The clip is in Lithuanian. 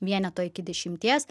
vieneto iki dešimties